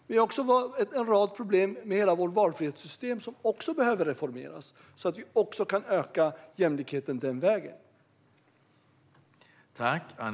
Vi har också en rad problem med hela vårt valfrihetssystem, som också behöver reformeras, så att vi kan öka jämlikheten även den vägen.